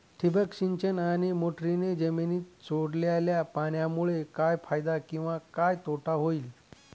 ठिबक सिंचन आणि मोटरीने जमिनीत सोडलेल्या पाण्यामुळे काय फायदा किंवा तोटा होईल?